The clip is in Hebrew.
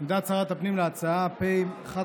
עמדת שרת הפנים להצעה פ/1585/24,